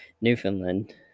Newfoundland